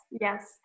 yes